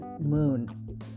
moon